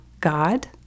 God